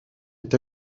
est